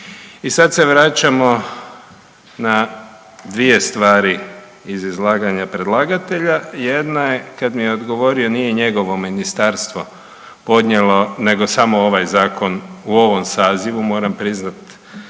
I sada se vraćamo na dvije stvari iz izlaganja predlagatelja. Jedna je kada mi je odgovorio nije njegovo Ministarstvo podnijelo, nego samo ovaj zakon u ovom sazivu. Moram priznati